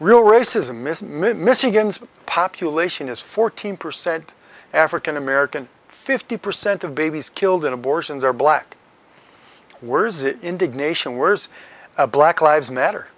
real racism is a myth michigan's population is fourteen percent african american fifty percent of babies killed in abortions are black workers it indignation wears a black lives matter